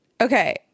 Okay